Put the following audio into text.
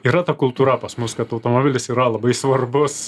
yra ta kultūra pas mus kad automobilis yra labai svarbus